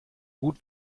gut